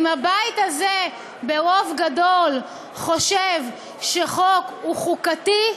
אם הבית הזה, ברוב גדול, חושב שחוק הוא חוקתי,